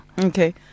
Okay